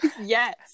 Yes